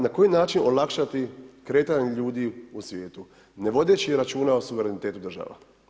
Na koji način olakšati kretanje ljudi u svijetu ne vodeći računa o suverenitetu država.